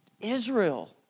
Israel